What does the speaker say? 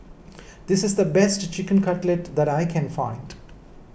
this is the best Chicken Cutlet that I can find